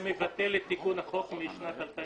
זה מבטל את תיקון החוק משנת 2006